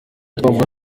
twavuga